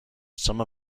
some